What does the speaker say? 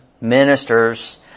ministers